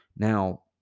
Now